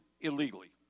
illegally